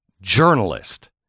journalist